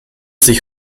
sich